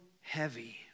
heavy